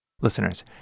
Listeners